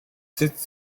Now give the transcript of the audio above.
cits